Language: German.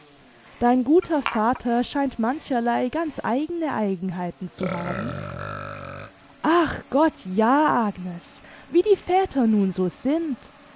dein guter vater scheint mancherlei ganz eigene eigenheiten zu haben ach gott ja agnes wie die väter nun so sind